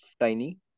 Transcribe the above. Tiny